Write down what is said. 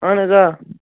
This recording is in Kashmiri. اَہن حظ آ